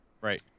Right